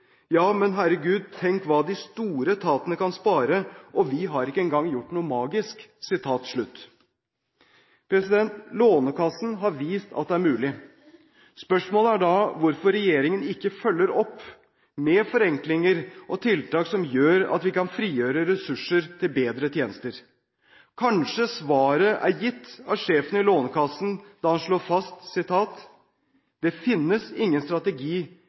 ja, men herregud, tenk på hva de store etatene kan spare. Og vi har ikke en gang gjort noe magisk.» Lånekassen har vist at det er mulig. Spørsmålet er da hvorfor regjeringen ikke følger opp med forenklinger og tiltak som gjør at vi kan frigjøre ressurser til bedre tjenester. Kanskje svaret ble gitt av sjefen i Lånekassen da han slo fast: «Det finnes ingen strategi